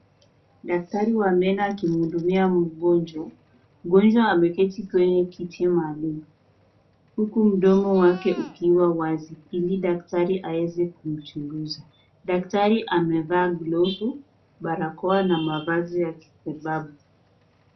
Daktari wa meno akimhudumia mgonjwa. Mgonjwa ameketi kwenye kiti maalum, huku mdomo wake ukiwa wazi, ili daktari aweze kumchunguza. Daktari amevaa glovu, barakoa na mavazi ya matibabu